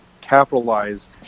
capitalize